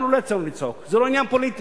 אנחנו לא יצאנו לצעוק, זה לא עניין פוליטי.